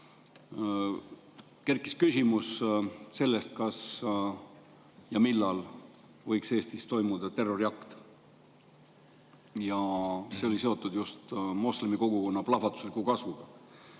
üles küsimus sellest, kas ja [kui, siis] millal võiks Eestis toimuda terroriakt. See oli seotud just moslemi kogukonna plahvatusliku kasvuga.